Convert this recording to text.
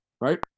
Right